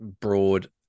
broad